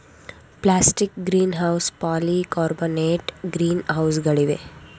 plastic greenhouse, polycarbonate green ಹೌಸ್ಗಳಿವೆ